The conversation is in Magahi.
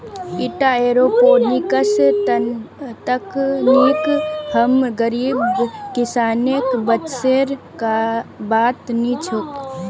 ईटा एयरोपोनिक्स तकनीक हम गरीब किसानेर बसेर बात नी छोक